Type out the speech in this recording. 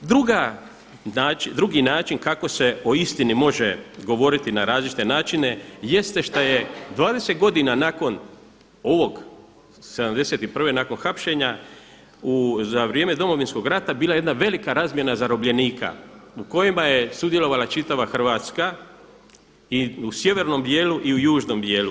Drugi način kako se o istini može govoriti na različite načine jeste šta je 20 godina nakon 71. nakon hapšenja za vrijeme Domovinskog rata bila jedna velika razmjena zarobljenika u kojima je sudjelovala čitava Hrvatska i u sjevernom djelu i u južnom dijelu.